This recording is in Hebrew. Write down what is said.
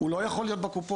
הוא לא יכול להיות בקופות.